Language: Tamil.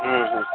ம் ம்